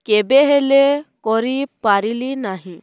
କେବେ ହେଲେ କରିପାରିଲି ନାହିଁ